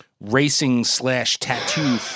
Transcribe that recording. racing-slash-tattoo